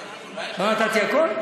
אבל אולי, לא נתתי הכול?